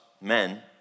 men